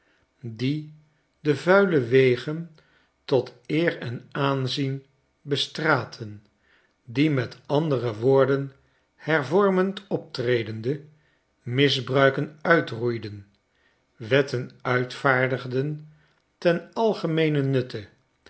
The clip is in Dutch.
die de vuile wegen tot eer en aanzien bestraatten die met andere woorden hervormend optredende misbruiken uitroeiden wetten uitvaardigden ten algemeenen nutte